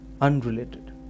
unrelated